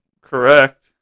correct